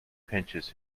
pinches